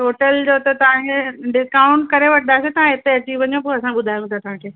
total जो त तव्हांजे डिस्काउंट करे वठंदासीं तव्हां हिते अची वञो पोइ असां ॿुधायूं था तव्हांखे